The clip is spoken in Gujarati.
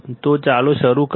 તો ચાલો શરૂ કરીએ